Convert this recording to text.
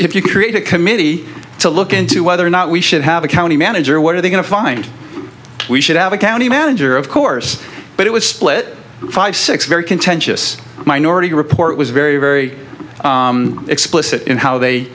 if you can create a committee to look into whether or not we should have a county manager what are they going to find we should have a county manager of course but it was split five six very contentious minority report was very very explicit in how they